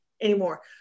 anymore